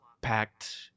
packed